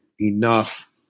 enough